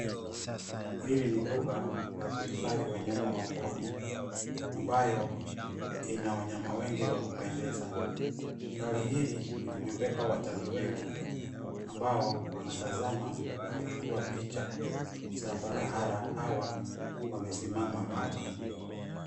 Hili ni mbuga la kuhifadhi wanyama wa pori, ambayo ina wanyama wengi wa kupendeza, gari hili limebeba watalii wengi ambao wanatazama na kuchukuwa picha za barahara hawa wamesimama hapa.